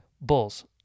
Bulls